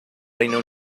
reino